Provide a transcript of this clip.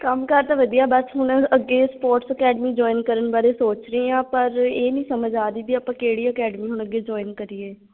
ਕੰਮ ਕਾਰ ਤਾਂ ਵਧੀਆ ਬਸ ਹੁਣ ਅੱਗੇ ਸਪੋਰਟਸ ਅਕੈਡਮੀ ਜੁਆਇਨ ਕਰਨ ਬਾਰੇ ਸੋਚ ਰਹੀ ਹਾਂ ਪਰ ਇਹ ਨਹੀਂ ਸਮਝ ਆ ਰਹੀ ਵੀ ਆਪਾਂ ਕਿਹੜੀ ਅਕੈਡਮੀ ਹੁਣ ਅੱਗੇ ਜੁਆਇਨ ਕਰੀਏ